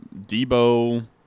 Debo